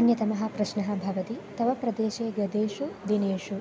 अन्यतमः प्रश्नः भवति तव प्रदेशे गतेषु दिनेषु